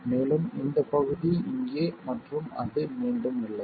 மேலும் இந்த பகுதி இங்கே மற்றும் அது மீண்டும் உள்ளது